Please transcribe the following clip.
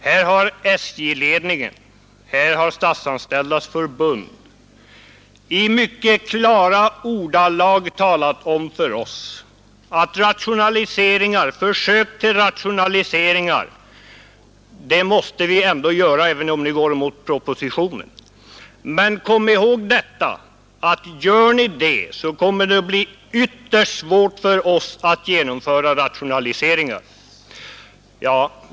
Här har SJ-ledningen och Statsanställdas förbund i mycket klara ordalag talat om för oss att vi måste göra försök till rationaliseringar, även om ni går emot propositionen. Men kom ihåg att om ni gör det kommer det att bli ytterst svårt för oss att genomföra rationaliseringarna.